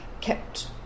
kept